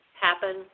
happen